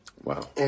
Wow